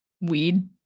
weed